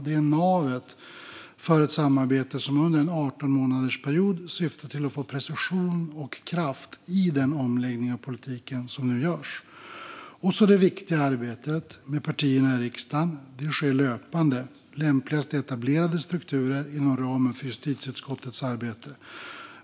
Det är navet för ett samarbete som under en 18-månadersperiod syftar till att få precision och kraft i den omläggning av politiken som nu görs. Och det viktiga arbetet med partierna i riksdagen sker löpande, lämpligast i etablerade strukturer inom ramen för justitieutskottets arbete.